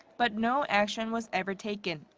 but no action was ever taken.